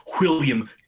william